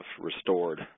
restored